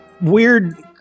weird